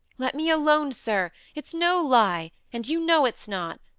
let me alone, sir. it's no lie, and you know it's not.